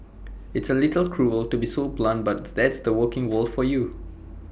it's A little cruel to be so blunt but that's the working world for you